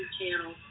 channel